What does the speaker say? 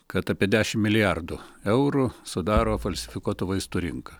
kad apie dešimt milijardų eurų sudaro falsifikuotų vaistų rinka